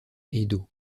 edo